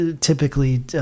typically